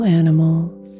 animals